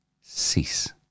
cease